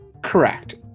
Correct